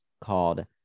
called